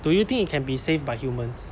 do you think it can be saved by humans